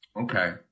Okay